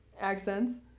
Accents